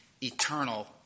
eternal